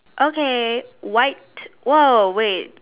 okay white !woah! wait